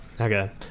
Okay